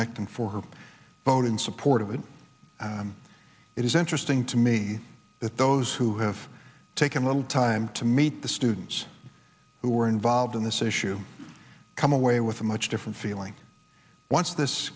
and for her vote in support of it it is interesting to me that those who have taken a little time to meet the students who were involved in this issue come away with a much different feeling once this